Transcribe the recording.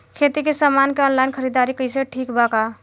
खेती के समान के ऑनलाइन खरीदारी कइल ठीक बा का?